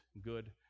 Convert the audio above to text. good